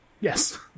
Yes